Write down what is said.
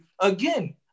again